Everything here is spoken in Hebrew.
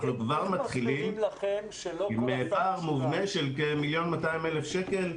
אנחנו כבר מתחילים עם פער מובנה של כ-1.2 מיליון שקל.